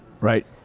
right